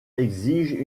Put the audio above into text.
exige